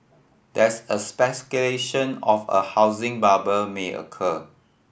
there is a speculation of a housing bubble may occur